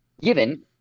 given